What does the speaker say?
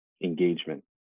engagement